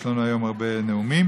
יש לנו היום הרבה נאומים,